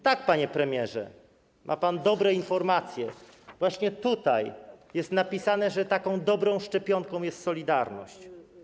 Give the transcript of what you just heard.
Tak, panie premierze, ma pan dobre informacje, właśnie tutaj jest napisane, że taką dobrą szczepionką jest solidarność.